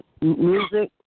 music